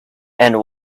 and